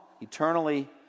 eternally